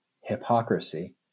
hypocrisy